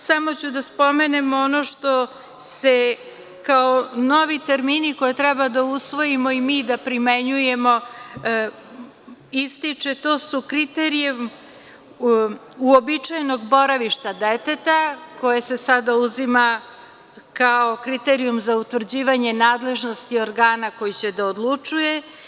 Samo ću da spomenem ono što se kao novi termini koje treba da usvojimo i mi da primenjujemo isteče, to su kriterijumi uobičajenog boravišta deteta, koje se sada uzima kao kriterijum za utvrđivanje nadležnosti organa koji će da odlučuju.